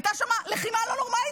הייתה שם לחימה לא נורמלית,